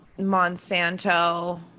monsanto